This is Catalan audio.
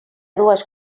dues